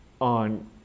on